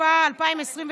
התשפ"א 2021,